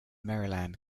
maryland